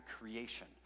creation